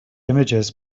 images